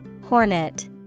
Hornet